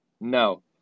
No